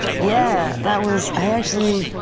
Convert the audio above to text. yeah, that was, i actually,